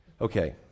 Okay